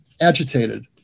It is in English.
agitated